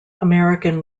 american